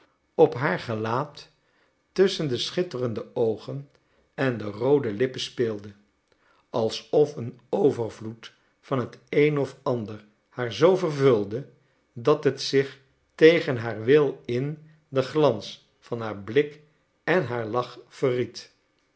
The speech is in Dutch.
op haar gelaat tusschen de schitterende oogen en de roode lippen speelde alsof een overvloed van het een of ander haar z vervulde dat het zich tegen haar wil in den glans van haar blik en haar lach